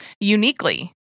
uniquely